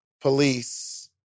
police